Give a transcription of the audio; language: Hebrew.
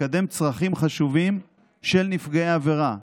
לקדם צרכים חשובים של נפגעי העבירה,